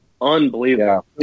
Unbelievable